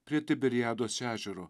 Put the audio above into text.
prie tiberiados ežero